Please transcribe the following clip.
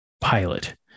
pilot